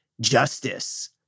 justice